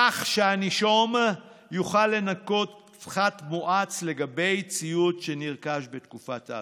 כך שהנישום יוכל לנכות פחת מואץ לגבי ציוד שנרכש בתקופת ההטבה.